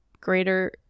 greater